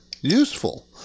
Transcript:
useful